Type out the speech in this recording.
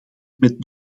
met